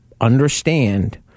understand